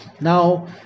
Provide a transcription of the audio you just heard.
now